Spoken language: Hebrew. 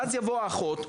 ואז תבוא האחות,